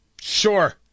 Sure